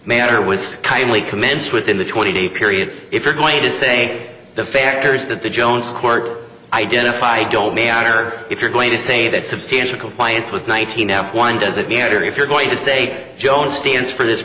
matter was kindly commence within the twenty day period if you're going to say the factors that the jones court identified don't manner if you're going to say that substantial compliance with one thousand now why does it matter if you're going to say joe stands for this